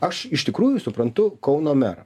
aš iš tikrųjų suprantu kauno merą